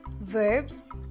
verbs